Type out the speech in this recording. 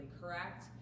correct